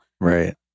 Right